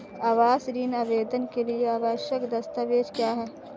आवास ऋण आवेदन के लिए आवश्यक दस्तावेज़ क्या हैं?